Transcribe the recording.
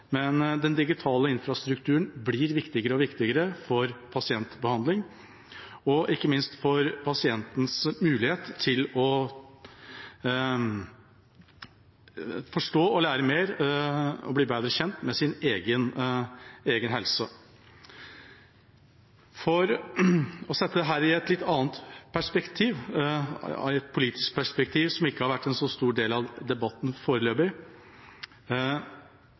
men den digitale infrastrukturen blir viktigere og viktigere for pasientbehandling, ikke minst for pasientens mulighet til å forstå, lære mer og bli bedre kjent med sin egen helse. For å se dette fra et litt annet perspektiv: Det har et politisk perspektiv, som foreløpig ikke har vært noen stor del av debatten,